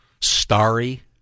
Starry